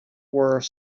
were